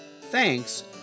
Thanks